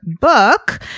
book